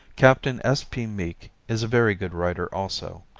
captain s. p. meek is a very good writer also.